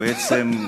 בעצם,